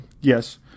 Yes